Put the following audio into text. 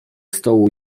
stołu